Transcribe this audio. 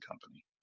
company